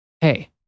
hey